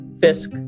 Fisk